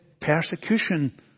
persecution